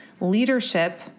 leadership